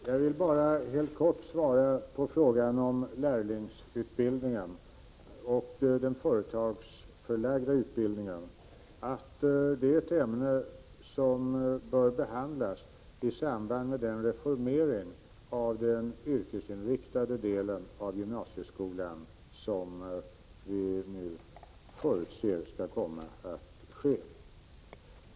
Herr talman! Jag vill på frågan om lärlingsutbildningen och den företagsförlagda utbildningen helt kort svara att det är ett ämne som bör behandlas i samband med den reformering av den yrkesinriktade delen av gymnasieskolan som vi förutser skall komma att ske.